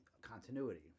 continuity